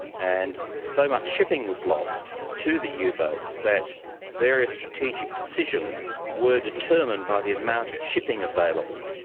and so much shipping was lost to the yeah u-boats that various strategic decisions were determined by the amount of shipping available,